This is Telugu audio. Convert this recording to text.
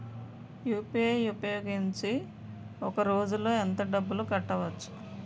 యు.పి.ఐ ఉపయోగించి ఒక రోజులో ఎంత డబ్బులు కట్టవచ్చు?